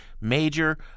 major